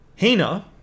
Hina